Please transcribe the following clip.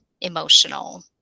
emotional